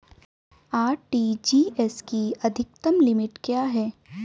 RTGS की अधिकतम limit क्या है?